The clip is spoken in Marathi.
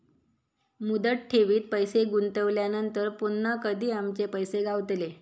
मुदत ठेवीत पैसे गुंतवल्यानंतर पुन्हा कधी आमचे पैसे गावतले?